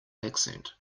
accent